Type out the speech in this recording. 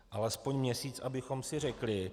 Alespoň měsíc abychom si řekli.